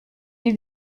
die